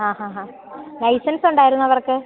ആ ഹ ഹ ഹ ലൈസൻസ് ഉണ്ടോയിരുന്നോ അവർക്ക്